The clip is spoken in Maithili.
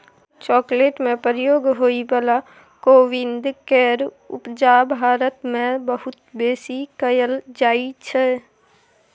चॉकलेट में प्रयोग होइ बला कोविंद केर उपजा भारत मे बहुत बेसी कएल जाइ छै